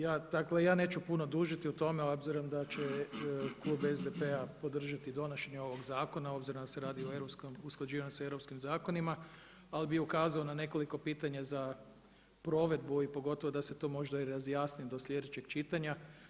Dakle ja neću puno dužiti o tome obzirom da će klub SDP-a podržati donošenje ovog zakona obzirom da se radi o usklađivanju sa europskim zakonima, ali bi ukazao na nekoliko pitanja za provedbu i pogotovo da se to možda i razjasni do sljedećeg čitanja.